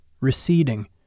receding